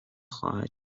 خواهد